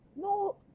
No